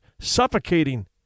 suffocating